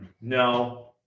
No